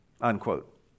unquote